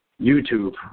YouTube